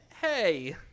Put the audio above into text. hey